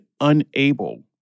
unable